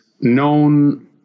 known